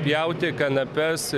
pjauti kanapes